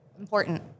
important